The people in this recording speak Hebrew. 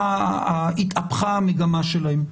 התהפכה המגמה שלהם,